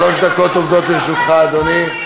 שלוש דקות עומדות לרשותך, אדוני.